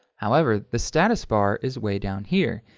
however, the status bar is way down here,